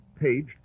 page